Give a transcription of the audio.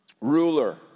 Ruler